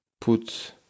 put